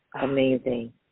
Amazing